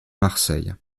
marseille